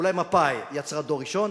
אולי מפא"י יצרה דור ראשון,